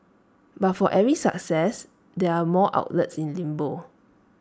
but for every success there are more outlets in limbo